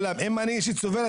אם אני אישית סובל,